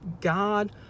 God